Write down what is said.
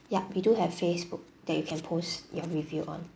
yup we do have facebook that you can post your review on